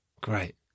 Great